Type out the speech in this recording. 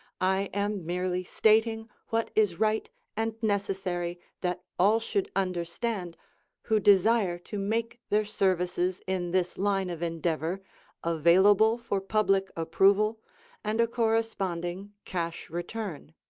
i am merely stating what is right and necessary that all should understand who desire to make their services in this line of endeavor available for public approval and a corresponding cash return.